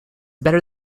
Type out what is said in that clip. better